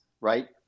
right